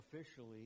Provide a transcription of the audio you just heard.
officially